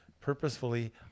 purposefully